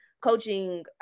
coaching